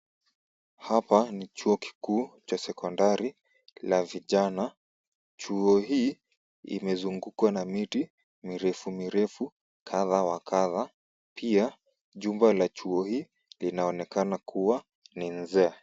Hapa ni chuo kikuu cha Sekondari la vijana. Chuo hii imezungukwa na miti mirefu mirefu kadha wa kadha. Pia jumba la chuo hii linaonekana kuwa ni nzee .